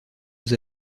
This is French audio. nous